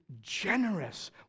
generous